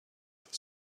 for